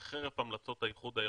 וחרף המלצות האיחוד האירופי,